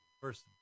first